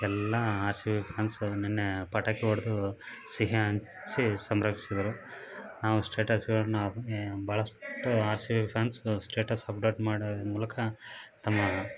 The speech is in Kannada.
ಎಲ್ಲಾ ಆರ್ ಸಿ ಬಿ ಫ್ಯಾನ್ಸ್ಗಳು ನೆನ್ನೆ ಪಟಾಕಿ ಹೊಡ್ದು ಸಿಹಿ ಹಂಚಿ ಸಂಭ್ರಮಿಸಿದರು ನಾವು ಸ್ಟೇಟಸ್ಗಳನ್ನ ಭಾಳಷ್ಟು ಆರ್ ಸಿ ಬಿ ಫ್ಯಾನ್ಸ್ಗಳು ಸ್ಟೇಟಸ್ ಅಪ್ಡೇಟ್ ಮಾಡೋದ್ರ್ ಮೂಲಕ ತಮ್ಮ